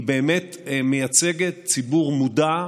היא באמת מייצגת ציבור מודע,